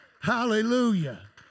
hallelujah